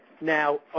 now